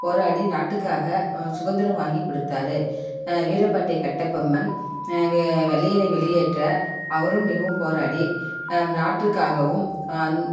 போராடி நாட்டுக்காக சுதந்திரம் வாங்கி கொடுத்தாரு வீர பாண்டிய கட்டபொம்மன் வெள்ளையனை வெளியேற்ற அவரும் மிகவும் போராடி நாட்டுக்காகவும்